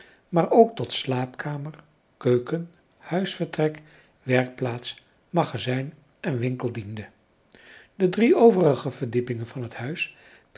maar ook tot slaapkamer keuken huisvertrek werkplaats magazijn en winkel diende de drie overige verdiepingen van het huis